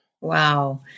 Wow